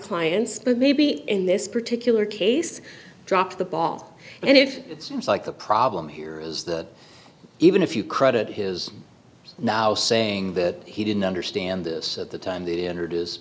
clients but maybe in this particular case dropped the ball and if it seems like the problem here is that even if you credit his now saying that he didn't understand this at the time the